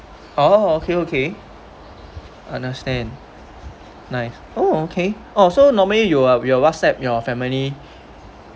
oh okay okay understand nice oh okay oh so normally you're your whatsapp your know family